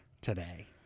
today